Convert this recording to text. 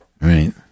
right